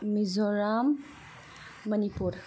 Mizoram Manipur